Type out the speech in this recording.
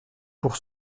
pour